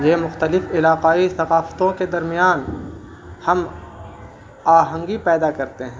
یہ مختلف علاقائیی ثقافتوں کے درمیان ہم آہنگی پیدا کرتے ہیں